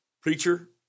preacher